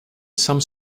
some